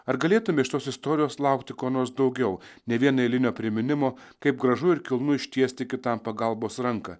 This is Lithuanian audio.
ar galėtume iš tos istorijos laukti ko nors daugiau ne vien eilinio priminimo kaip gražu ir kilnu ištiesti kitam pagalbos ranką